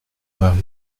mari